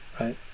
right